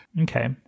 Okay